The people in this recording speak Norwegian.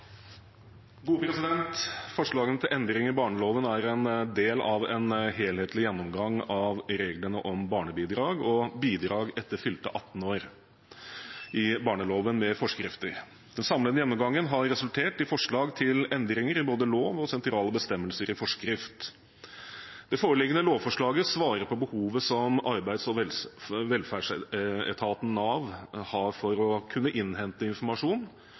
en del av en helhetlig gjennomgang av reglene om barnebidrag og bidrag etter fylte 18 år i barneloven med forskrifter. Den samlede gjennomgangen har resultert i forslag til endringer i både lov og sentrale bestemmelser i forskrift. Det foreliggende lovforslaget svarer på behovet som Arbeids- og velferdsetaten, Nav, har for å kunne innhente informasjon